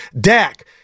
Dak